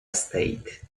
state